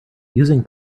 using